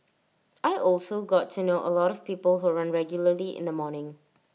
I also got to know A lot of people who run regularly in the morning